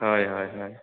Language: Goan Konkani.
हय हय हय